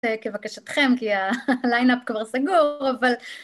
כבקשתכם, כי הליינאפ כבר סגור, אבל...